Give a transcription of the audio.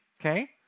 okay